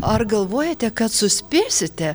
ar galvojate kad suspėsite